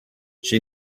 she